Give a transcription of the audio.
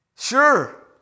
Sure